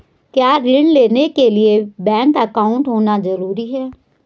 क्या ऋण लेने के लिए बैंक अकाउंट होना ज़रूरी है?